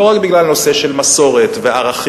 זה לא רק בגלל מסורת וערכים.